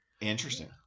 interesting